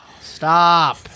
Stop